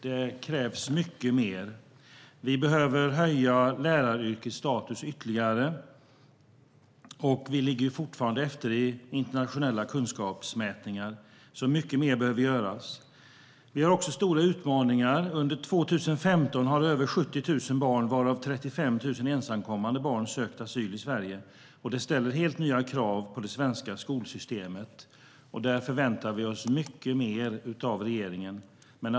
Det krävs mycket mer. Vi behöver höja läraryrkets status ytterligare. Vi ligger fortfarande efter i internationella kunskapsmätningar, så mycket mer behöver göras. Vi har också stora utmaningar. Under 2015 har över 70 000 barn varav 35 000 ensamkommande barn sökt asyl i Sverige. Det ställer helt nya krav på det svenska skolsystemet. Där förväntar vi oss mycket mer av regeringen.